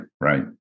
right